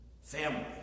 family